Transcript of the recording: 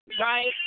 Right